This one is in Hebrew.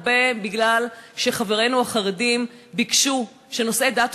הרבה בגלל שחברינו החרדים ביקשו שנושאי דת